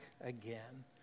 again